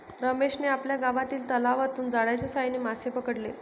रमेशने आपल्या गावातील तलावातून जाळ्याच्या साहाय्याने मासे पकडले